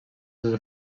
les